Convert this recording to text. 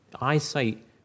eyesight